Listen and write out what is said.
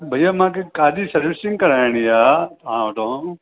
भईया मूंखे कार जी सर्विसिंग कराइणी आहे तव्हां वटां